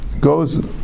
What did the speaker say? goes